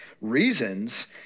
reasons